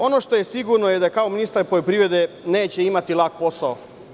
Ono što je sigurno je, da kao ministar poljoprivrede, neće imati lak posao.